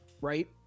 right